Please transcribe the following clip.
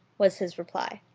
was his reply.